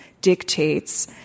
dictates